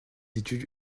études